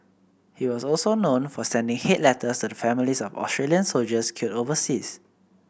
he was also known for sending hate letters to the families of Australian soldiers killed overseas